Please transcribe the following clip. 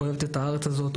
אוהבת את הארץ הזאת,